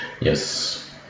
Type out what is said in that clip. Yes